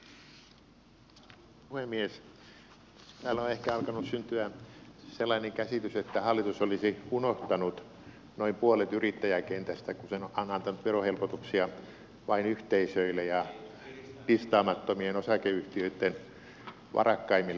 täällä on ehkä alkanut syntyä sellainen käsitys että hallitus olisi unohtanut noin puolet yrittäjäkentästä kun se on antanut verohelpotuksia vain yhteisöille ja listaamattomien osakeyhtiöitten varakkaimmille omistajille